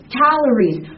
calories